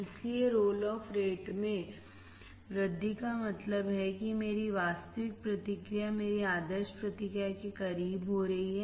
इसलिए roll off rate में वृद्धि का मतलब है कि मेरी वास्तविक प्रतिक्रिया मेरी आदर्श प्रतिक्रियाideal response के करीब हो रही है